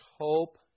hope